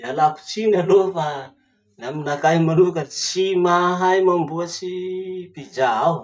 Ialako tsiny aloha fa ny aminakahy manoka, tsy mahay mamboatry pizza aho.